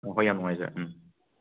ꯑꯥ ꯍꯣꯏ ꯌꯥꯝ ꯅꯨꯡꯉꯥꯏꯖꯔꯦ ꯎꯝ